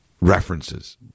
References